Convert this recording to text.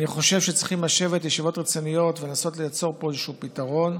אני חושב שצריך לקיים ישיבות רציניות ולנסות ליצור פה איזשהו פתרון.